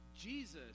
Jesus